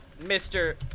Mr